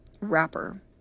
Wrapper